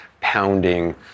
pounding